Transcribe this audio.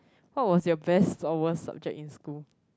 what was your best or worst subject in school